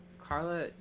Carla